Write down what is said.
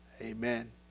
Amen